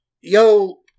Yo